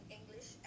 English